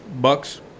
buck's